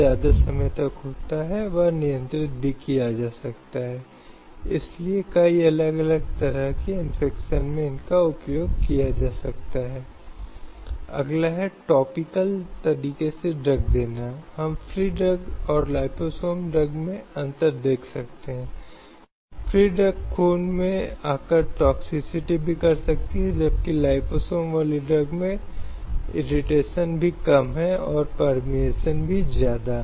slide समय देखें 2402 अब इसलिए ये कुछ प्रासंगिक मौलिक अधिकार हैं कई अन्य हैं लेकिन लिंग न्याय अनुच्छेद 14 के अनुच्छेद 15 16 अनुच्छेद 19 अनुच्छेद 21 23 के दायरे में कुछ प्रासंगिक मौलिक अधिकार हैं जो वहां हैं और ये मौलिक अधिकार महिलाओं के अधिकारों को हासिल करने के लिए आवश्यक हैं और वे मानव अस्तित्व और विशेष रूप से समाज में महिलाओं की सुरक्षा के मूल में हैं